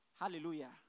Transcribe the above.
Hallelujah